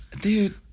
Dude